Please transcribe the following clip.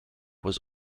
was